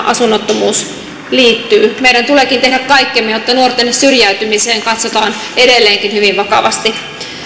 asunnottomuus liittyy meidän tuleekin tehdä kaikkemme jotta nuorten syrjäytymiseen katsotaan edelleenkin hyvin vakavasti